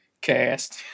cast